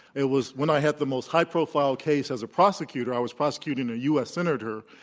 it was when i had the most high profile case as a prosecutor, i was prosecuting a u. s. senator,